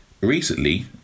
recently